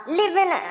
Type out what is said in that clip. living